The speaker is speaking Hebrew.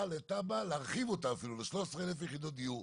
או להרחיב אותה ל-13,000 יחידות דיור.